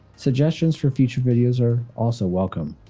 suggestions for future videos are also welcome.